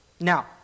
Now